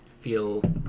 feel